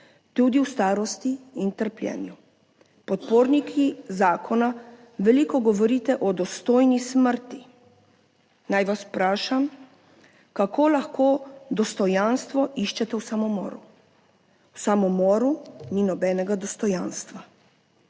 tudi v starosti in trpljenju. Podporniki zakona veliko govorite o dostojni smrti. Naj vas vprašam, kako lahko dostojanstvo iščete v samomoru? V samomoru ni nobenega dostojanstva.